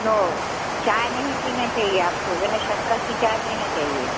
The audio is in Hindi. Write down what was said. तो चाय नहीं पीना चाहिए आपको बिना शक्कर की चाय पीना चाहिए